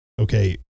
okay